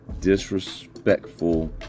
disrespectful